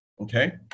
Okay